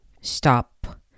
stop